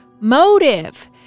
Motive